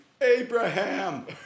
Abraham